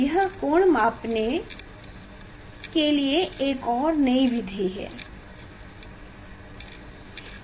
यह कोण को मापने के लिए एक और नई विधि है